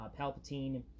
Palpatine